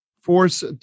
force